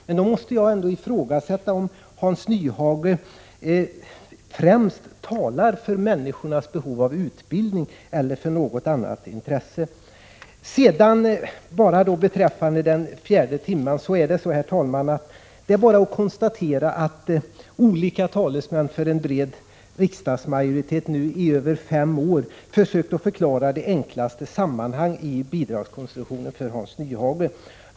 Men då måste jag ändå ifrågasätta om Hans Nyhage främst talar för människornas behov av utbildning eller för något annat intresse. Beträffande frågan om fyratimmarssammankomster kan jag, herr talman, bara konstatera att olika talesmän för en bred riksdagsmajoritet i över fem år har försökt förklara de enklaste sammanhangen i bidragskonstruktionen för Hans Nyhage.